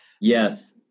Yes